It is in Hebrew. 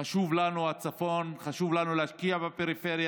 חשוב לנו הצפון, חשוב לנו להשקיע בפריפריה.